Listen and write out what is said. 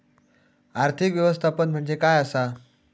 आर्थिक व्यवस्थापन म्हणजे काय असा?